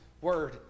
word